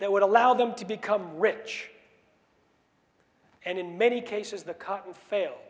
that would allow them to become rich and in many cases the cotton fail